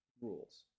rules